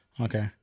Okay